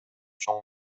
чоң